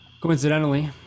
Coincidentally